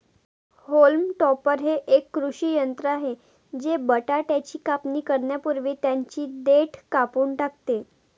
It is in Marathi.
होल्म टॉपर हे एक कृषी यंत्र आहे जे बटाट्याची कापणी करण्यापूर्वी त्यांची देठ कापून टाकते